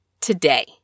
today